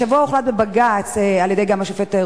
השבוע הוחלט בבג"ץ, גם על-ידי השופט רובינשטיין,